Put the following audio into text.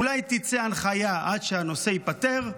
אולי תצא הנחיה עד שהנושא ייפתר,